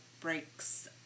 breaks